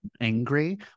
angry